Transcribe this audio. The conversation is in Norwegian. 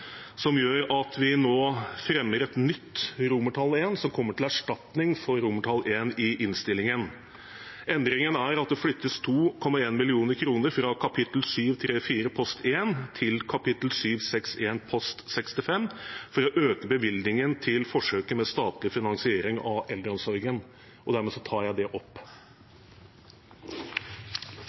som gjør at vi nå fremmer et nytt forslag, som kommer til erstatning for I i innstillingen. Endringen er at det flyttes 2,1 mill. kr fra kapittel 734 post 1 til kapittel 761 post 65 for å øke bevilgningen til forsøket med statlig finansiering av eldreomsorgen. Dermed tar jeg det opp.